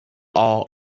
all